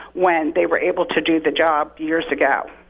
when they were able to do the job years ago.